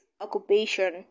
occupation